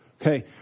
Okay